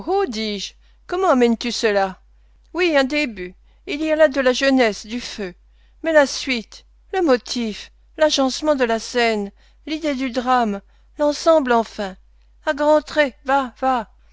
comment amènes tu cela oui un début il y a là de la jeunesse du feu mais la suite le motif l'agencement de la scène l'idée du drame l'ensemble enfin à grands traits va va